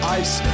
ice